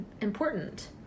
important